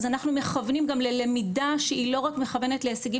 אז אנחנו מכוונים גם ללמידה שהיא לא רק מכוונת להישגים